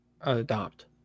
adopt